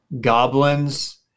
goblins